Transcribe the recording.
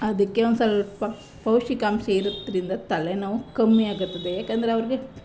ಅದಕ್ಕೆ ಒಂದು ಸ್ವಲ್ಪ ಪೌಷ್ಟಿಕಾಂಶ ಇರೋದ್ರಿಂದ ತಲೆನೋವು ಕಮ್ಮಿ ಆಗುತ್ತದೆ ಏಕೆಂದ್ರೆ ಅವ್ರಿಗೆ